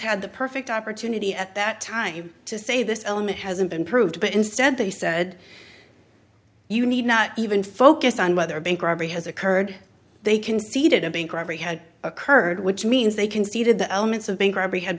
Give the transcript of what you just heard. had the perfect opportunity at that time to say this element hasn't been proved but instead they said you need not even focus on whether a bank robbery has occurred they conceded a bank robbery had occurred which means they conceded the elements of bank robbery had